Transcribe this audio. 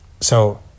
so-